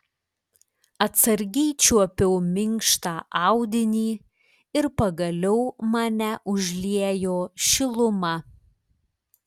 atsargiai čiuopiau minkštą audinį ir pagaliau mane užliejo šiluma